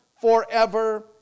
forever